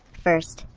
first,